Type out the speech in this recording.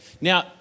Now